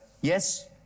yes